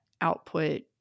output